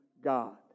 God